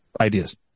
ideas